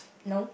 no